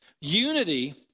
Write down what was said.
Unity